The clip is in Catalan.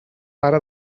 pare